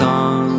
on